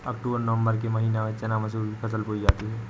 अक्टूबर नवम्बर के महीना में चना मसूर की फसल बोई जाती है?